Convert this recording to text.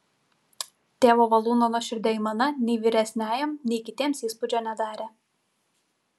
tėvo valūno nuoširdi aimana nei vyresniajam nei kitiems įspūdžio nedarė